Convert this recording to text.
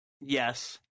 Yes